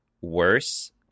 worse